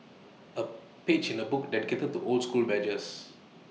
A page in the book dedicated to old school badges